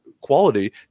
quality